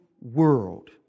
world